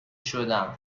شدم